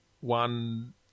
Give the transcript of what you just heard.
one